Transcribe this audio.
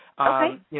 Okay